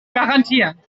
garantieren